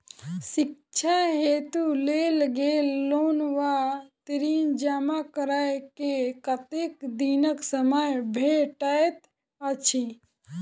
शिक्षा हेतु लेल गेल लोन वा ऋण जमा करै केँ कतेक दिनक समय भेटैत अछि?